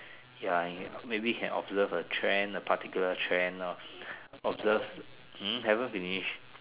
ya and maybe can authorize a trend a particular trend ah observe hmm haven't finish